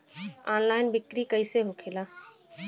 Online बिक्री कैसे होखेला?